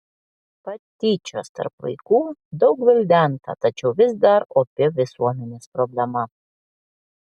patyčios tarp vaikų daug gvildenta tačiau vis dar opi visuomenės problema